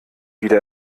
wieder